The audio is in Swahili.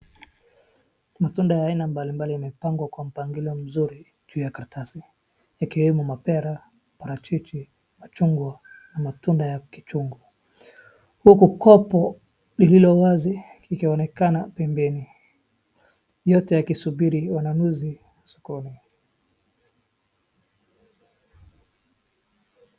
Matunda ya aina mbalimbali imepangwa kwa mpangilio mzuri juu ya karatasi. Ikiwemo mapera, parachichi, machungwa na matunda ya kichungu. Huku kopol ililowazi likionekana pembeni. Yote yakisubiri wanunuzi sokoni.